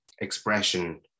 expression